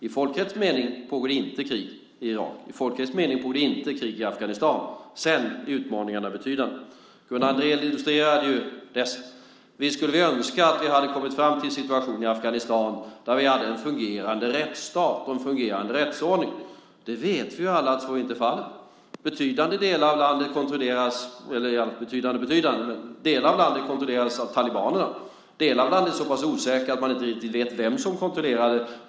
I folkrättslig mening pågår det inte krig i Irak. I folkrättslig mening pågår det inte krig i Afghanistan. Sedan är utmaningarna betydande. Gunnar Andrén illustrerade det. Visst skulle vi önska att vi hade kommit fram till en situation i Afghanistan där vi hade en fungerande rättsstat och en fungerande rättsordning. Vi vet alla att så inte är fallet. Delar av landet kontrolleras av talibanerna. Delar av landet är så pass osäkra att man inte riktigt vet vem som kontrollerar dem.